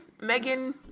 Megan